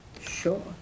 Sure